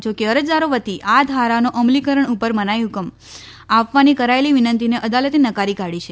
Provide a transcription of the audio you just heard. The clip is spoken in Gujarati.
જોકે અરજદારો વતી આ ધારાના અમલીકરણ ઉપર મનાઈ ઠૂકમ આપવાની કરાયેલી વિનંતીને અદાલતે નકારી કાઢી છે